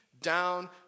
down